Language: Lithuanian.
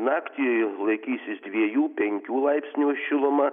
naktį laikysis dviejų penkių laipsnių šiluma